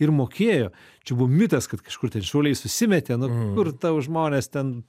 ir mokėjo čia buvo mitas kad kažkur ten šauliai susimetė nu kur tau žmonės ten